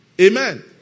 Amen